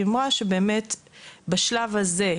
היא אמרה שבשלב הזה,